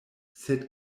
sed